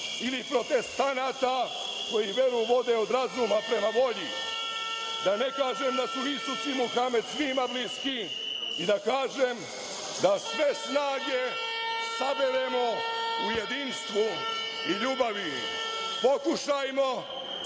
ili protestanata koji veru vode od razuma prema volji, da ne kažem da su Isus i Muhamed svima bliski, da kažem da sve snage saberemo u jedinstvu i ljubavi. Pokušajmo